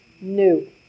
new